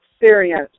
experience